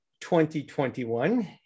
2021